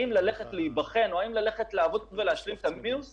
ללכת להיבחן או ללכת לעבוד כדי להשלים את המינוס,